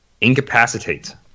incapacitate